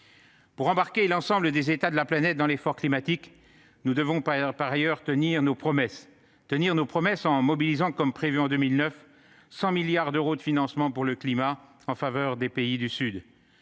Pour embarquer l'ensemble des États de la planète dans l'effort climatique, nous devons par ailleurs tenir nos promesses, en mobilisant, comme prévu en 2009, 100 milliards de dollars de financements pour le climat en faveur des pays du Sud.